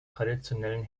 traditionellen